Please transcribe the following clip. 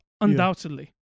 Undoubtedly